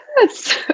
yes